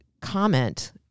comment